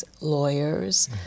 lawyers